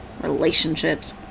relationships